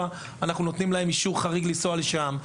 אליהן ואנחנו נותנים להם אישור חריג להגיע לשם.